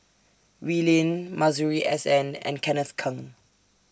Wee Lin Masuri S N and Kenneth Keng